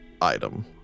item